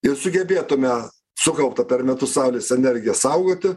ir sugebėtume sukauptą per metus saulės energiją saugoti